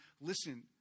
listen